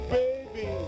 baby